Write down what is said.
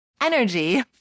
energy